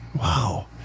Wow